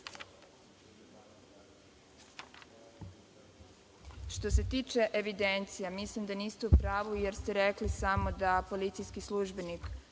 se tiče evidencije, mislim da niste u pravu, jer ste rekli samo da policijski službenik